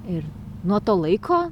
ir nuo to laiko